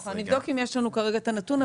נבדוק אם יש לנו כרגע את הנתון.